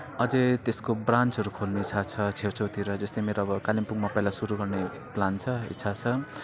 अझै त्यसको ब्रान्चहरू खोल्ने इच्छा छ छेउछाउतिर जस्तै मेरो अब कालिम्पोङमा पहिला सुरू गर्ने प्लान छ इच्छा छ